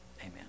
Amen